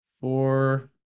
four